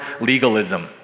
legalism